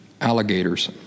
alligators